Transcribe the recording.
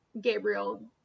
Gabriel